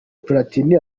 platini